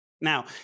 Now